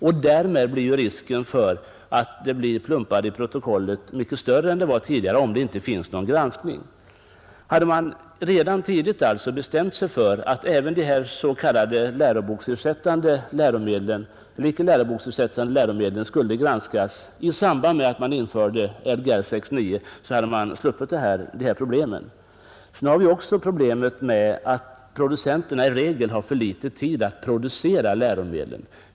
Och därmed blir ju risken för plumpar i protokollet mycket större än den var tidigare, om det inte görs någon granskning. Hade man redan tidigt bestämt sig för att även de s.k. icke läroboksersättande läromedlen skulle granskas i samband med att man införde Lgr 69, så hade man sluppit de här problemen. Vidare har vi det problemet att producenten i regel har för litet tid att producera läromedlen.